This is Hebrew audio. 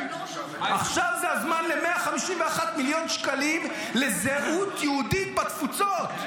עכשיו זה הזמן ל-151 מיליון שקלים לזהות יהודית בתפוצות?